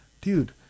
Dude